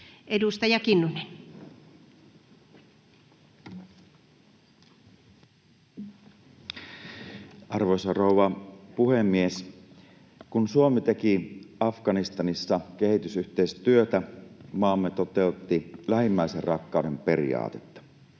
15:01 Content: Arvoisa rouva puhemies! Kun Suomi teki Afganistanissa kehitysyhteistyötä, maamme toteutti lähimmäisenrakkauden periaatetta.